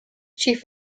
chief